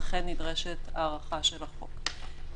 ולכן נדרשת הארכה של החוק.